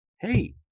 Hey